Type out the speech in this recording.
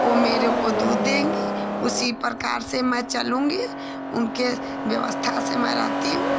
वह मुझको दूध देंगी उसी प्रकार से मैं चलूँगी उनकी व्यवस्था से मैं रहती हूँ